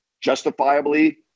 justifiably